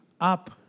up